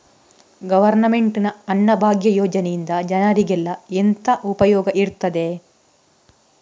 Government ನ ಅನ್ನಭಾಗ್ಯ ಯೋಜನೆಯಿಂದ ಜನರಿಗೆಲ್ಲ ಎಂತ ಉಪಯೋಗ ಇರ್ತದೆ?